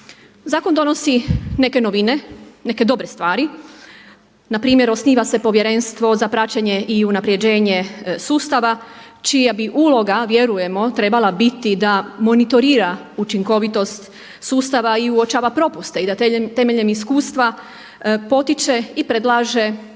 Zakon donosi neke novine, neke dobre stvari npr. osniva se povjerenstvo za praćenje i unapređenje sustava čija bi uloga vjerujemo trebala biti da monitorira učinkovitost sustava i uočava propuste i da temeljem iskustva potiče i predlaže određene